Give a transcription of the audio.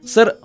Sir